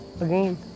again